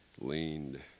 leaned